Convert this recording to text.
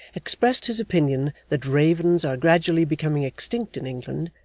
expressed his opinion that ravens are gradually becoming extinct in england,